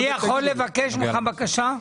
אני יכול לבקש ממך בקשה?